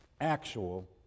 actual